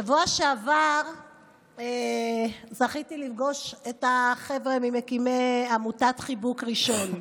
בשבוע שעבר זכיתי לפגוש את החבר'ה ממקימי עמותת חיבוק ראשון.